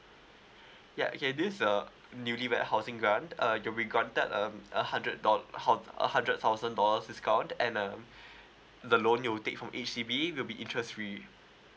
ya okay this uh newly rehousing grant uh you'll got that um a hundred dol~ a hundred thousand dollars discount and uh the loan you take from H_D_B will be interest free